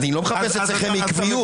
אני לא מחפש אצלכם עקביות.